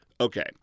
Okay